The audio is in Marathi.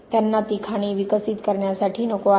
त्यांना ती खाणी विकसित करण्यासाठी नको आहे